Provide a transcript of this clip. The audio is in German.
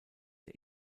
der